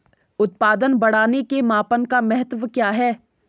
उत्पादन बढ़ाने के मापन का महत्व क्या है?